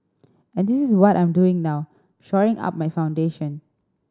and this is what I'm doing now shoring up my foundation